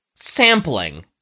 Sampling